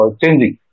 changing